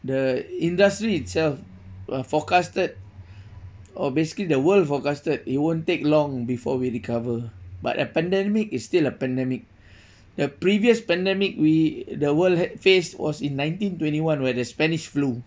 the industry itself uh forecasted or basically the world forecasted it won't take long before we recover but a pandemic is still a pandemic the previous pandemic we the world had faced was in nineteen twenty one where the spanish flu